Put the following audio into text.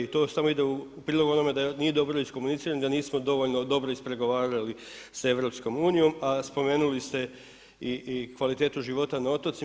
I to samo ide u prilog onome da nije dobro iskomunicirano i da nismo dovoljno dobro ispregovarali sa EU, a spomenuli ste i kvalitetu života na otocima.